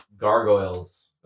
Gargoyles